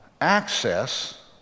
access